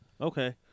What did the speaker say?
Okay